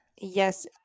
Yes